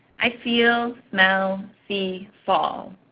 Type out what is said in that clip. i feel, smell, see fall.